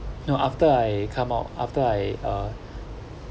no after I come out after I uh